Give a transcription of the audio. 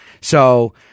So-